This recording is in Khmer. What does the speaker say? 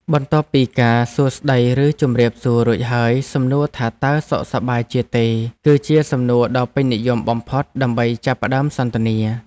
បន្ទាប់ពីការសួរស្តីឬជម្រាបសួររួចហើយសំណួរថាតើសុខសប្បាយជាទេគឺជាសំណួរដ៏ពេញនិយមបំផុតដើម្បីចាប់ផ្តើមសន្ទនា។